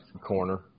corner